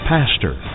Pastor